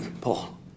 Paul